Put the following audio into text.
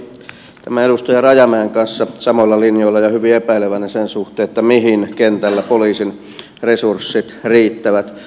minäkin olen enemmänkin edustaja rajamäen kanssa samoilla linjoilla ja hyvin epäileväinen sen suhteen mihin kentällä poliisin resurssit riittävät